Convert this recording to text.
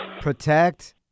protect